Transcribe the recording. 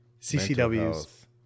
CCW's